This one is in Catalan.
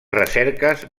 recerques